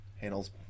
handles